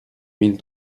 mille